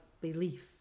belief